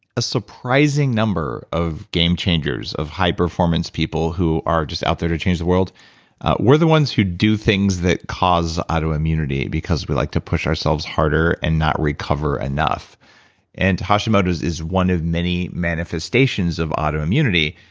a surprising number of game changers, of high-performance people who are just out there to change the world we're the ones who do things that cause autoimmunity because we like to push ourselves harder and not recover enough and hashimoto's is one of many manifestations of autoimmunity,